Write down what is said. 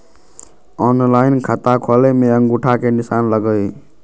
Online खाता खोले में अंगूठा के निशान लगहई?